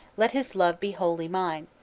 let his love be wholly mine.